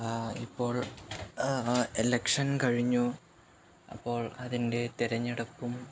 ഇപ്പോള് എലക്ഷന് കഴിഞ്ഞു അപ്പോള് അതിന്റെ തിരഞ്ഞെടുപ്പും